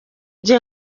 gihe